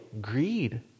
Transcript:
greed